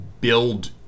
build